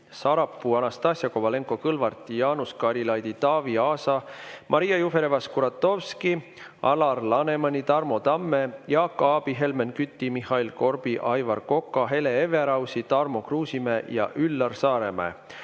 Sarapuu, Anastassia Kovalenko-Kõlvarti, Jaanus Karilaidi, Taavi Aasa, Maria Jufereva-Skuratovski, Alar Lanemani, Tarmo Tamme, Jaak Aabi, Helmen Küti, Mihhail Korbi, Aivar Koka, Hele Everausi, Tarmo Kruusimäe ja Üllar Saaremäe